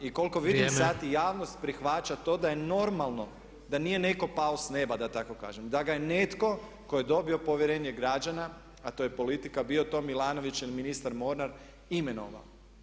I koliko vidim sad i javnost prihvaća to da je normalno da nije netko pao s neba da tako kažem, da ga je netko ko je dobio povjerenje građana a to je politika bio to Milanović, ili ministar Mornar imenovao.